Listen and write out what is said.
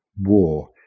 war